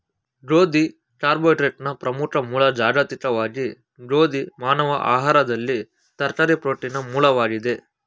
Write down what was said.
ಗೋಧಿ ಕಾರ್ಬೋಹೈಡ್ರೇಟ್ನ ಪ್ರಮುಖ ಮೂಲ ಜಾಗತಿಕವಾಗಿ ಗೋಧಿ ಮಾನವ ಆಹಾರದಲ್ಲಿ ತರಕಾರಿ ಪ್ರೋಟೀನ್ನ ಮೂಲವಾಗಿದೆ